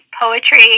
poetry